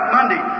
Monday